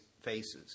faces